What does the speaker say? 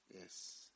Yes